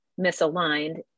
misaligned